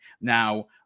Now